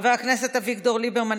חבר הכנסת אביגדור ליברמן,